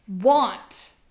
want